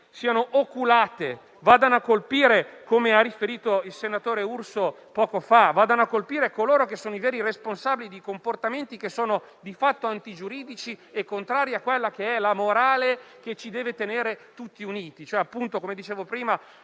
e oculate e che vadano a colpire, come ha riferito il senatore Urso poco fa, i veri responsabili di comportamenti che sono di fatto antigiuridici e contrari alla morale che ci deve tenere tutti uniti